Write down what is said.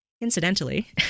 incidentally